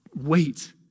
Wait